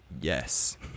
Yes